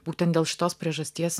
būtent dėl šitos priežasties